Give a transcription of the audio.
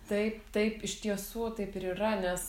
taip taip iš tiesų taip ir yra nes